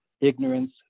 Ignorance